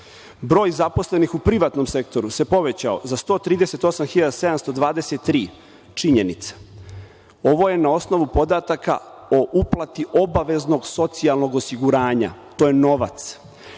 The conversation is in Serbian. Broj zaposlenih u privatnom sektoru se povećao za 138.723- činjenica. Ovo je na osnovu podataka o uplati obaveznog socijalnog osiguranja. To je novac. Ili